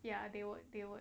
ya they would they would